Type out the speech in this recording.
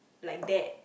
like that